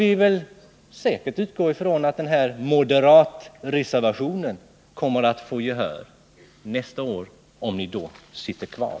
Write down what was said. Vi kan säkert utgå från att moderatreservationen kommer att få gehör nästa år — om ni då sitter kvar.